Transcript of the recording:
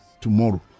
tomorrow